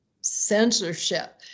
censorship